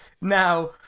Now